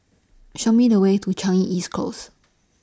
Show Me The Way to Changi East Close